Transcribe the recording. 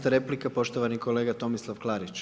11. replika poštovani kolega Tomislav Klarić.